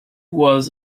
was